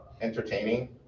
entertaining